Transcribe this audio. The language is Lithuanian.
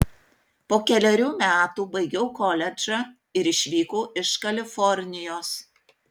po kelerių metų baigiau koledžą ir išvykau iš kalifornijos